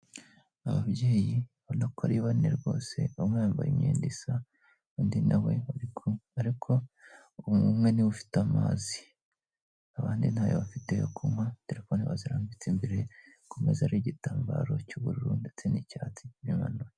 Ababyeyi ubona ko ari bane rwose, bamwe bambaye imyenda isa, undi na we bari kumwe, ariko umwe ni we ufite amazi, abandi ntayo bafite yo kunywa, telefone bazirambitse imbere ku meza ariho igitambaro cy'ubururu ndetse n'icyatsi bimanuye.